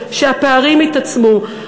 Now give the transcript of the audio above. שהפערים התעצמו,